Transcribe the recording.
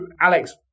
Alex